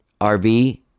RV